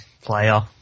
player